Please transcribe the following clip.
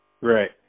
Right